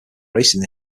racing